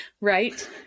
Right